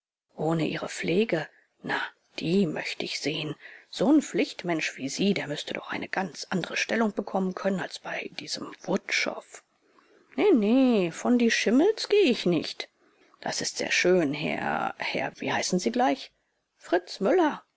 ohne ihre pflege na die möchte ich sehen so'n pflichtmensch wie sie der müßte doch eine ganz andere stellung bekommen können als bei diesem wutschow nee nee von die schimmels gehe ich nicht das ist sehr schön herr herr wie heißen sie gleich fritz müller